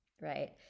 Right